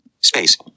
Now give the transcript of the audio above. Space